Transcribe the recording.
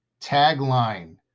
Tagline